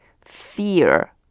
Fear